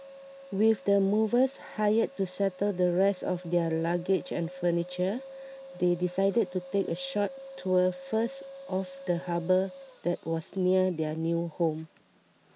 with the movers hired to settle the rest of their luggage and furniture they decided to take a short tour first of the harbour that was near their new home